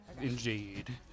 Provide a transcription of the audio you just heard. Indeed